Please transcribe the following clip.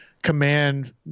command